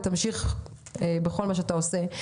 תמשיך בכל מה שאתה עושה.